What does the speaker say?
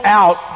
out